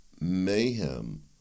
Mayhem